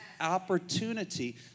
opportunity